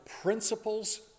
principles